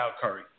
Curry